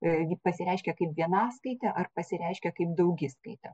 pasireiškia kaip vienaskaita ar pasireiškia kaip daugiskaita